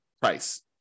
price